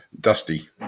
Dusty